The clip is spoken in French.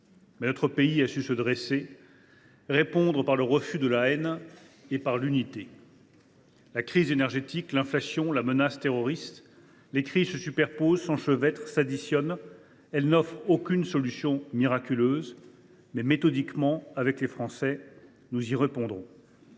mais notre pays a su se dresser et répondre par le refus de la haine et par l’unité. « La crise énergétique, l’inflation et la menace terroriste : les crises se superposent, s’enchevêtrent et s’additionnent. Elles ne laissent place à aucune solution miraculeuse. Mais méthodiquement, avec les Français, nous y répondrons.